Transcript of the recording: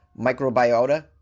microbiota